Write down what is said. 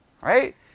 right